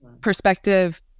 perspective